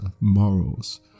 morals